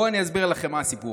בואו אני אסביר לכם מה הסיפור.